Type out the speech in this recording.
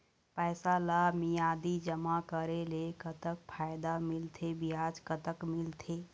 पैसा ला मियादी जमा करेले, कतक फायदा मिलथे, ब्याज कतक मिलथे?